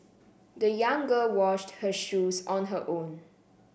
the young girl washed her shoes on her own